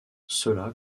cela